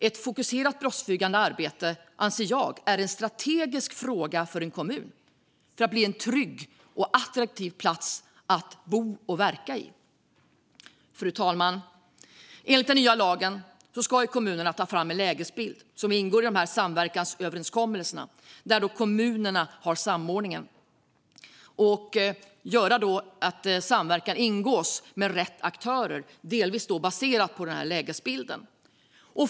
Ett fokuserat brottsförebyggande arbete är en strategisk fråga, anser jag, för en kommun för att bli en trygg och attraktiv plats att bo och verka på. Fru talman! Enligt den nya lagen ska kommunerna ta fram en lägesbild - detta ingår i samverkansöverenskommelserna där kommunerna står för samordningen - och göra så att samverkan ingås med rätt aktörer, delvis baserat på denna lägesbild.